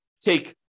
take